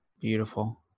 beautiful